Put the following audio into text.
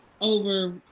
over